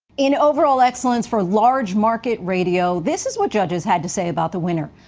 in overall excellence for large market radio, this is what judges had to say about the winner.